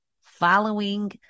following